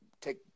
take